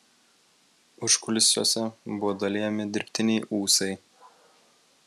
užkulisiuose buvo dalijami dirbtiniai ūsai